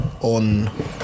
on